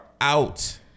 out